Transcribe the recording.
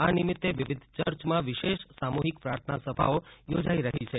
આ નિમિત્તે વિવિધ ચર્ચમાં વિશેષ સામૂહિક પ્રાર્થનાસભાઓ યોજાઈ રહી છે